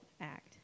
act